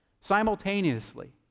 simultaneously